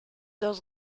dos